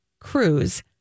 Cruise